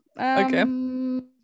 Okay